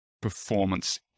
performance